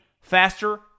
faster